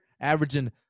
averaging